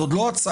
זה עוד לא הצעה,